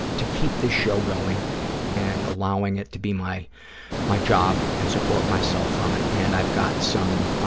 to keep this show going and allowing it to be my my job and support myself from it. and i've got some,